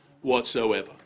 whatsoever